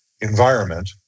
environment